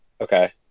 Okay